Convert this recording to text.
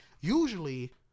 usually